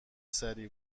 سریع